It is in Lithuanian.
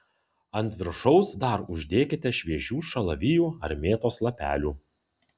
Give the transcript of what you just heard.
ant viršaus dar uždėkite šviežių šalavijų ar mėtos lapelių